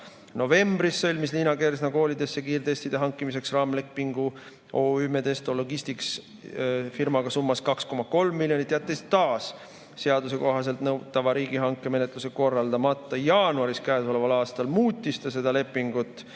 Novembris sõlmis Liina Kersna koolidesse kiirtestide hankimiseks raamlepingu OÜ‑ga Medesto Logistics summas 2,3 miljonit, jättes taas seaduse kohaselt nõutava riigihankemenetluse korraldamata. Jaanuaris käesoleval aastal muutis ta seda lepingut